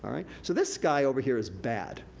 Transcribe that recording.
i mean so this guy, over here, is bad.